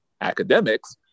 academics